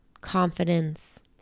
confidence